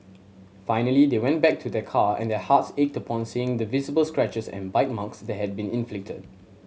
finally they went back to their car and their hearts ached upon seeing the visible scratches and bite marks that had been inflicted